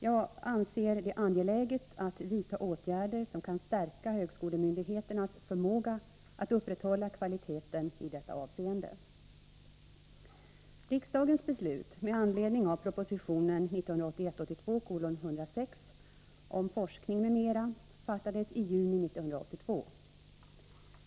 Jag anser det angeläget att vidta åtgärder som kan stärka högskolemyndigheternas förmåga att upprätthålla kvaliteten i detta avseende. Riksdagens beslut med anledning av proposition 1981/82:106 om forskning m.m. fattades i juni 1982.